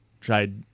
tried